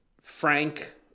Frank